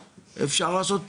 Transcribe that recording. אפשר לעשות פעילות,